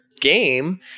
game